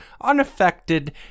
unaffected